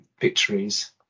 victories